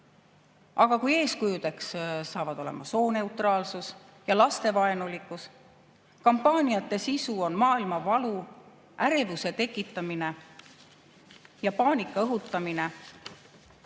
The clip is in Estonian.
Aga kui eeskujuks saavad olema sooneutraalsus ja lastevaenulikkus, kampaaniate sisu on maailmavalu, ärevuse tekitamine ja paanika õhutamine,